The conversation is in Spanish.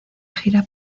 gira